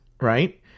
right